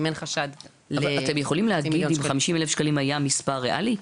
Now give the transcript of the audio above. אם אין חשד --- אבל אתם יכולים להגיד אם 50,000 שקלים היה מספר ריאלי?